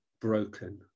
broken